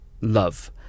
Love